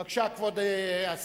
בבקשה, כבוד השר.